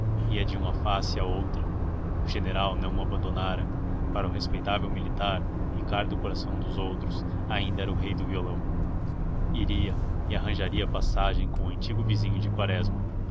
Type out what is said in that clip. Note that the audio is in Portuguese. subia ia de uma face a outra o general não o abandonara para o respeitável militar ricardo coração dos outros ainda era o rei do violão iria e arranjaria passagem com o antigo vizinho de quaresma